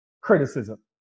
criticism